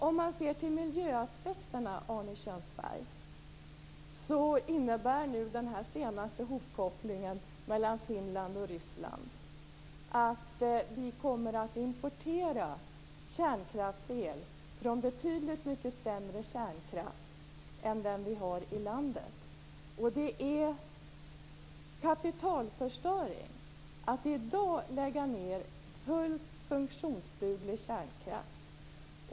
Om man ser till miljöaspekterna, Arne Kjörnsberg, innebär den senaste hopkopplingen mellan Finland och Ryssland att vi kommer att importera kärnkraftsel från betydligt sämre kärnkraft än den vi har i landet. Det är kapitalförstöring att i dag lägga ned fullt funktionsduglig kärnkraft.